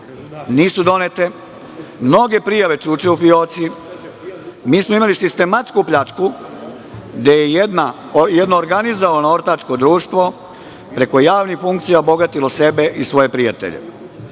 nisu donete. Mnoge prijave čuče u fioci. Mi smo imali sistematsku pljačku, gde je jedno organizovano ortačko društvo preko javnih funkcija obogatilo sebe i svoje prijatelje.